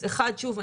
שוב,